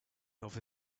over